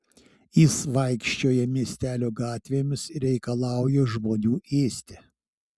jis vaikščioja miestelio gatvėmis ir reikalauja žmonių ėsti